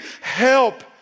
help